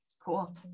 Cool